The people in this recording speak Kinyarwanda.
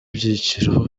ibyiciro